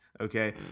Okay